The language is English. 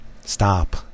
Stop